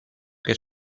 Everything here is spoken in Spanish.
que